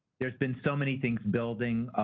there's been so many things building.